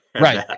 Right